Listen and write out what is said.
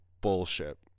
bullshit